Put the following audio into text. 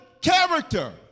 character